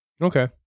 Okay